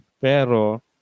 Pero